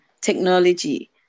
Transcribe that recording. technology